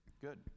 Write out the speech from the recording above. Good